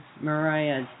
Mariah